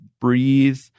breathe